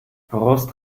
brust